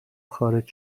خارج